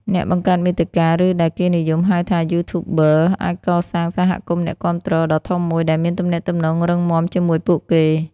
អ្នកបង្កើតមាតិកា ឬដែលគេនិយមហៅថា YouTubers អាចកសាង សហគមន៍អ្នកគាំទ្រដ៏ធំមួយ ដែលមានទំនាក់ទំនងរឹងមាំជាមួយពួកគេ។